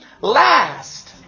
last